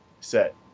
set